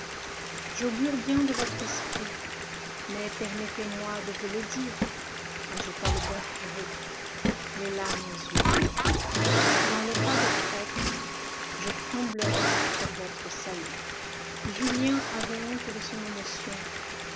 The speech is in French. j'augure bien de votre esprit mais permettez-moi de vous le dire ajouta le bon curé les larmes aux yeux dans l'état de prêtre je tremblerai pour votre salut julien avait honte de son émotion